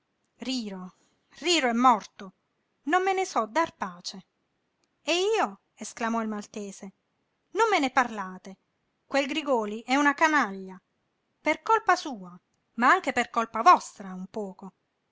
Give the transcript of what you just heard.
riro riro è morto non me ne so dar pace e io esclamò il maltese non me ne parlate quel grigòli è una canaglia per colpa sua ma anche per colpa vostra un poco